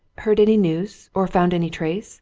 heard any news or found any trace